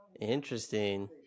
Interesting